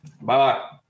Bye